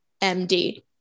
MD